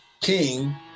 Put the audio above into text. king